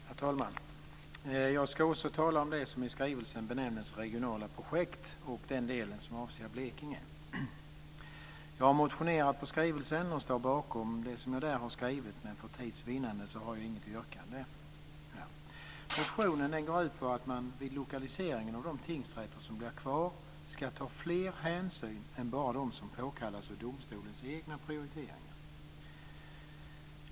Herr talman! Jag ska också tala om det som i skrivelsen benämns regionala projekt, nämligen den del som avser Blekinge. Jag har motionerat i samband med skrivelsen och står bakom det som jag har skrivit i denna motion, men för tids vinnande har jag inget yrkande. Motionen går ut på att man vid lokalisering av de tingsrätter som blir kvar ska ta fler hänsyn än bara de som påkallas av domstolens egna prioriteringar.